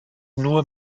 nur